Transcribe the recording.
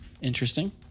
Interesting